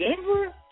Denver